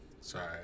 Sorry